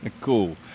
Cool